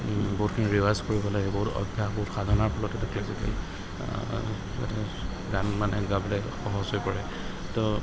বহুতখিনি ৰিৱাজ কৰিব লাগে বহুত অভ্যাস বহুত সাধনাৰ ফলত ক্লচিকেল গান মানে গাবলৈ সহজ হৈ পৰে তো